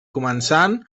començant